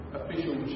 official